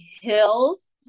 hills